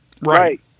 Right